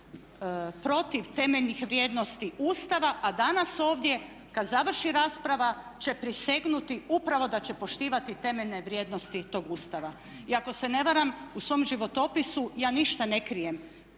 protiv temeljnih vrijednosti Ustava a danas ovdje kad završi rasprava će prisegnuti upravo da će poštivati temeljene vrijednosti tog Ustava. I ako se ne varam u svom životopisu ja ništa ne krijem,